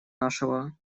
нашего